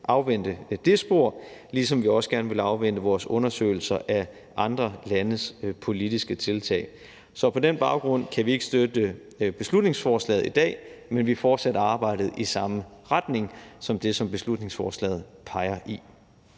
afvente det spor, ligesom vi også gerne vil afvente vores undersøgelser af andre landes politiske tiltag. Så på den baggrund kan vi ikke støtte beslutningsforslaget i dag, men vi fortsætter arbejdet i den samme retning, som beslutningsforslaget peger i.